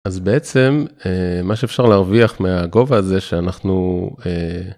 אז בעצם מה שאפשר להרוויח מהגובה הזה שאנחנו.